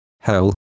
hell